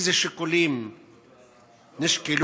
2. אילו שיקולים נשקלו?